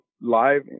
live